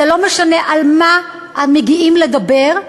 זה לא משנה על מה מגיעים לדבר,